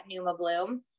NumaBloom